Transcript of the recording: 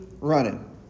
running